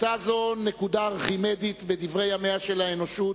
זו היתה נקודה ארכימדית בדברי ימיה של האנושות,